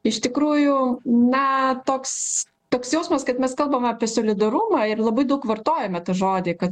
iš tikrųjų na toks toks jausmas kad mes kalbam apie solidarumą ir labai daug vartojame tą žodį kad